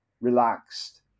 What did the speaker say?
relaxed